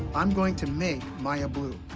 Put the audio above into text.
i'm going to make maya blue.